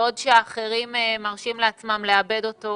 בעוד שאחרים מרשים לעצמם לאבד אותו